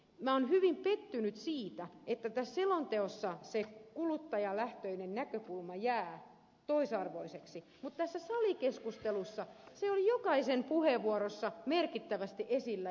minä olen hyvin pettynyt siitä että selonteossa kuluttajalähtöinen näkökulma jää toisarvoiseksi mutta tässä salikeskustelussa se on jokaisen puheenvuorossa merkittävästi esillä